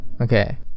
Okay